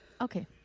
Okay